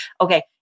Okay